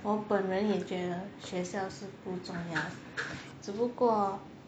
我本人也觉得学校是不重要的只不过